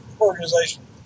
organization